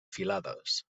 filades